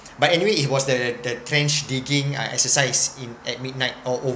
but anyway it was the the trench digging uh exercise in at midnight or